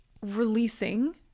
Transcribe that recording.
releasing